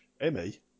Emmy